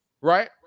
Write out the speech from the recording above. right